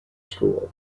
school